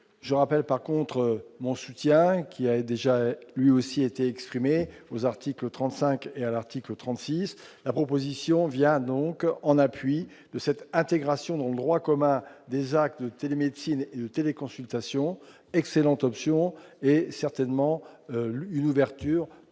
je rappelle par contre mon soutien, qui avait déjà lui aussi était exprimé vos articles 35 et à l'article 36 la proposition vient donc en appui de cette intégration dans le droit commun des actes de télémédecine téléconsultation excellente option est certainement une ouverture